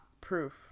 proof